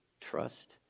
trust